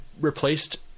replaced